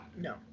no